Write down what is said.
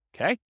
okay